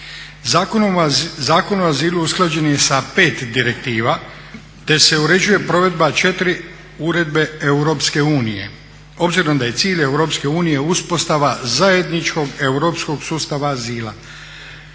Zakon o azilu usklađen je sa 5 direktiva te se uređuje provedba 4 uredbe Europske unije. Obzirom da je cilj Europske unije uspostava zajedničkog europskog sustava azila.